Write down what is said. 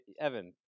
Evan